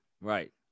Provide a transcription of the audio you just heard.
right